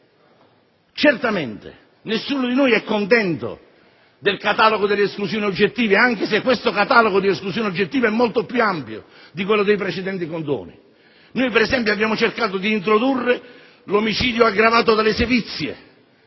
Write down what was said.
Certamente nessuno di noi è contento del catalogo di esclusioni oggettive, anche se questo catalogo è molto più ampio di quello dei precedenti condoni. Per esempio, noi abbiamo cercato di introdurre l'omicidio aggravato dalle sevizie,